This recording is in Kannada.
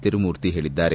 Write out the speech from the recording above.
ತಿರುಮುತಿ ಹೇಳಿದ್ದಾರೆ